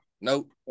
Nope